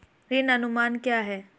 ऋण अनुमान क्या है?